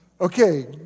Okay